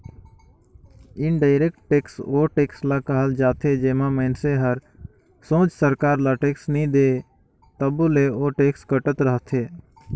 indirect tax ओ tax ल कहल जाथे जेम्हां मइनसे हर सोझ सरकार ल टेक्स नी दे तबो ले ओ टेक्स कटत रहथे